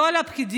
לא על הפקידים,